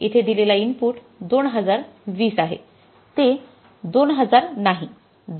येथे दिलेला इनपुट २०२० आहे ते २००० नाही